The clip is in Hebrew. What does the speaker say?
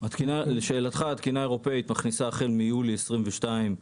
לשאלתך, התקינה האירופאית מכניסה החל מיולי 2022,